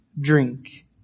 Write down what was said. drink